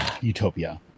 Utopia